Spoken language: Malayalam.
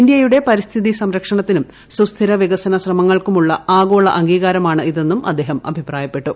ഇന്ത്യയുടെ പരിസ്ഥിതി സംരക്ഷണത്തിനും സുസ്ഥിര വികസന ശ്രമങ്ങൾക്കുമുള്ള ആഗോള അംഗീകാരമാണ് ഇതെന്ന് അദ്ദേഹം അഭിപ്രായപ്പെട്ടു